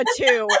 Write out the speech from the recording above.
two